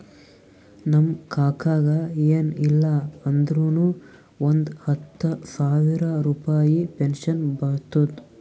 ನಮ್ ಕಾಕಾಗ ಎನ್ ಇಲ್ಲ ಅಂದುರ್ನು ಒಂದ್ ಹತ್ತ ಸಾವಿರ ರುಪಾಯಿ ಪೆನ್ಷನ್ ಬರ್ತುದ್